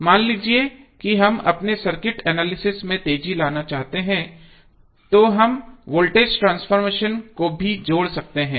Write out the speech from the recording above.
मान लीजिए कि हम अपने सर्किट एनालिसिस में तेजी लाना चाहते हैं तो हम वोल्टेज ट्रांसफॉर्मेशन को भी जोड़ सकते हैं